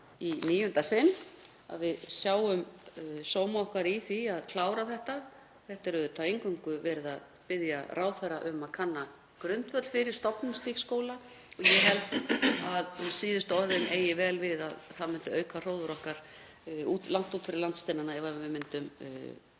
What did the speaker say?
í níunda sinn og að við sjáum sóma okkar í því að klára þetta. Það er eingöngu verið að biðja ráðherra um að kanna grundvöll fyrir stofnun slíks skóla og ég held að síðustu orðin eigi vel við, það myndi auka hróður okkar langt út fyrir landsteinana ef við myndum